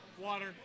water